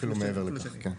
אפילו מעבר לכך, כן.